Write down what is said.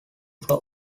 flow